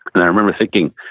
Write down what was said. and i remember thinking,